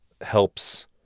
helps